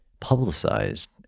Publicized